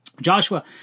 Joshua